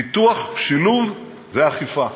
פיתוח, שילוב ואכיפה.